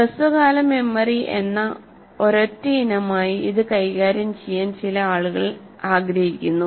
ഹ്രസ്വകാല മെമ്മറി എന്ന ഒരൊറ്റ ഇനമായി ഇത് കൈകാര്യം ചെയ്യാൻ ചില ആളുകൾ ആഗ്രഹിക്കുന്നു